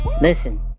listen